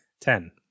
Ten